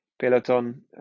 Peloton